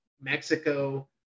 Mexico